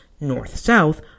north-south